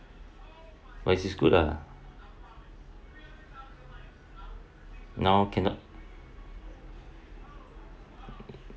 is good lah now cannot